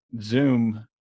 zoom